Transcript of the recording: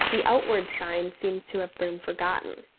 the outward signs seem to have been forgotten.